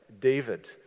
David